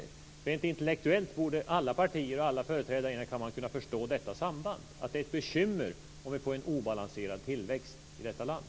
Rent intellektuellt borde företrädare för alla partier i denna kammare kunna förstå detta samband och att det är ett bekymmer om vi får en obalanserad tillväxt i detta land.